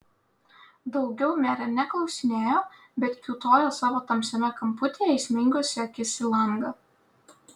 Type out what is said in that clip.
daugiau merė neklausinėjo bet kiūtojo savo tamsiame kamputyje įsmeigusi akis į langą